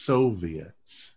Soviets